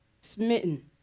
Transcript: smitten